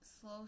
slow